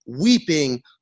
weeping